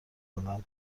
دادم